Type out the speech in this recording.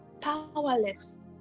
powerless